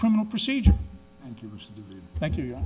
criminal procedure thank you